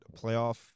playoff